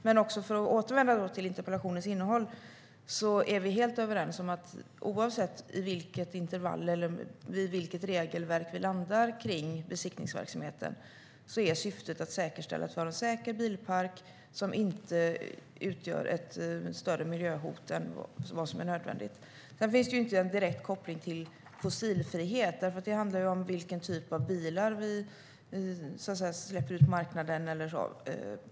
Men för att återvända till interpellationens innehåll: Vi är helt överens om att oavsett vilket intervall eller regelverk vi landar i vad gäller besiktningsverksamheten är syftet att säkerställa att vi har en säker bilpark som inte utgör ett större miljöhot än vad som är nödvändigt. Sedan finns det ingen direkt koppling till fossilfrihet. Det handlar om vilken typ av bilar vi släpper ut på marknaden.